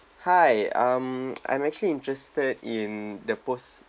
hi um I'm actually interested in the post